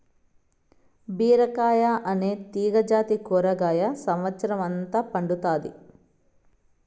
బీరకాయ అనే తీగ జాతి కూరగాయ సమత్సరం అంత పండుతాది